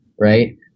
right